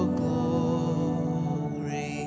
glory